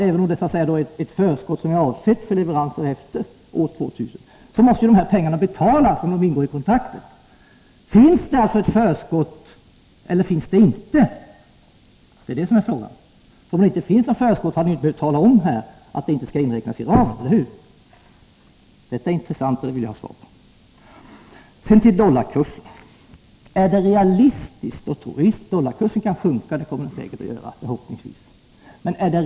Även om det är ett förskott som är avsett för leveranser efter år 2000, så måste ju dessa pengar betalas, om det ingår i kontraktet. Finns det alltså ett förskott eller finns det inte? Det är det som är frågan. Om det inte finns något förskott, hade ni inte behövt tala om att det inte skall inräknas i ramen — eller hur? Detta är intressant, och det vill jag ha ett svar på. Sedan till dollarkursen. Visst kan dollarkursen sjunka, och det kommer den förhoppningsvis att göra.